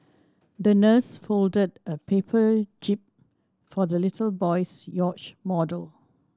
the nurse folded a paper jib for the little boy's yacht model